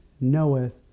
knoweth